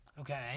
Okay